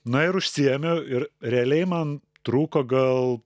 na ir užsiėmiau ir realiai man truko gal